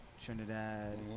Trinidad